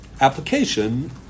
application